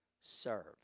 serve